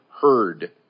heard